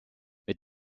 mit